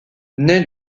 nait